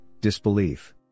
disbelief